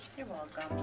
you're welcome.